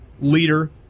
leader